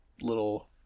little